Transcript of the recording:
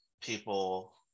people